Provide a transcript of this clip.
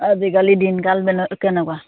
আজিকালি দিনকাল কেনেকুৱা